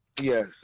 Yes